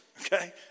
Okay